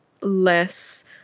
less